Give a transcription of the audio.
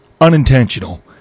unintentional